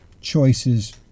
choices